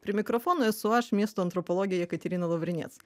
prie mikrofono esu aš miesto antropologė jekaterina lavrinec